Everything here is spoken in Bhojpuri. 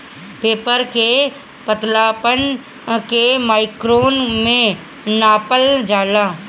पेपर के पतलापन के माइक्रोन में नापल जाला